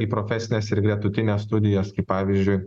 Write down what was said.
į profesines ir gretutines studijas kai pavyzdžiui